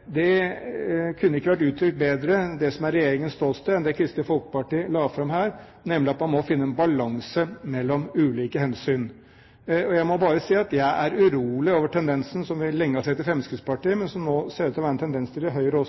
Det som er regjeringens ståsted, kunne ikke vært uttrykt bedre enn det Kristelig Folkeparti la fram her, nemlig at man må finne en balanse mellom ulike hensyn. Jeg må si jeg er urolig over den tendensen som vi lenge har sett i Fremskrittspartiet, men som nå ser ut til å være en tendens også i Høyre,